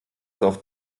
auf